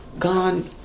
gone